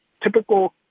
typical